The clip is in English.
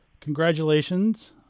Congratulations